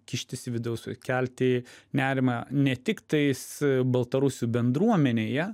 kištis į vidaus kelti nerimą ne tik tais baltarusių bendruomenėje